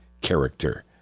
character